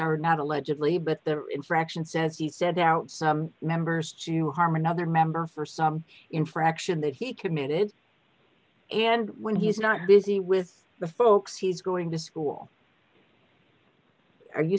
our not allegedly but the infraction says he said out members to harm another member for some infraction that he committed and when he's not busy with the folks he's going to school are you